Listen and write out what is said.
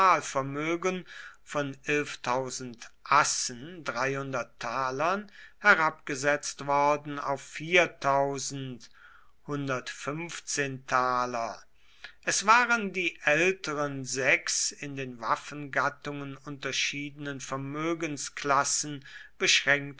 von assen herabgesetzt worden auf es waren die älteren sechs in den waffengattungen unterschiedenen vermögensklassen